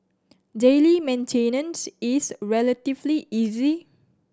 daily maintenance is relatively easy